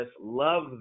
love